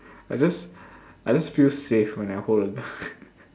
I just I just feel safe when I hold a gun